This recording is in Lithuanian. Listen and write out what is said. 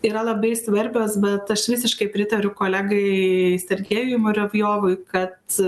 yra labai svarbios bet aš visiškai pritariu kolegai sergėjui muravjovui kad